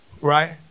Right